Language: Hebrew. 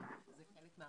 אני אחראית על כל הנושא של